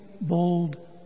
bold